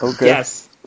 Yes